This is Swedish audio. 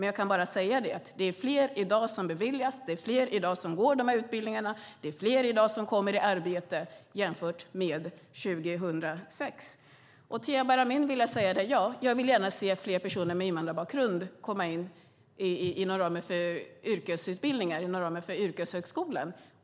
Jag kan bara säga att det är fler som beviljas i dag, det är fler som går de här utbildningarna i dag och det är fler som kommer i arbete i dag jämfört med 2006. Till Jabar Amin vill jag säga att jag gärna vill se fler personer med invandrarbakgrund inom ramen för yrkeshögskolan.